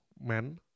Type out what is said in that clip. man